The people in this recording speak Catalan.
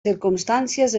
circumstàncies